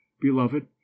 beloved